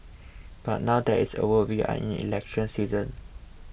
but now that is over we are in election season